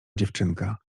dziewczynka